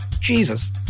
Jesus